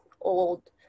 old